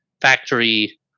factory